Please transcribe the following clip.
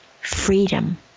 freedom